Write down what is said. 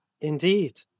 Indeed